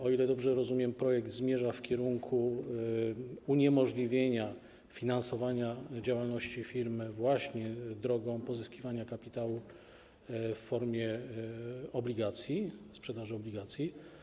O ile dobrze rozumiem, projekt zmierza w kierunku uniemożliwienia finansowania działalności firmy właśnie drogą pozyskiwania kapitału w formie obligacji, sprzedaży obligacji.